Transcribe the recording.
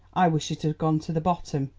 i wish it had gone to the bottom,